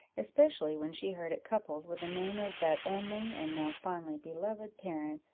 especially when she heard it coupled with the name of that only, and now fondly-beloved parent,